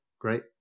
great